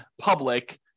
public